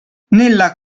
nella